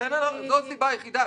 זו הסיבה היחידה.